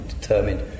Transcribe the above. determined